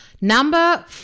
Number